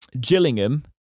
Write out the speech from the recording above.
Gillingham